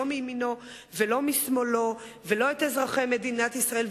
מימינו ולא משמאלו ולא את אזרחי מדינת ישראל,